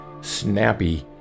snappy